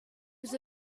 was